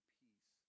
peace